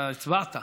אתה הצבעת.